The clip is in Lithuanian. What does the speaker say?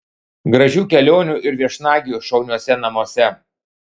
gražių kelionių ir viešnagių šauniuose namuose